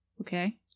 Okay